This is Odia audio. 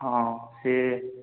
ହଁ ସେ